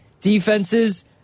defenses